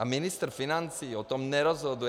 A ministr financí o tom nerozhoduje.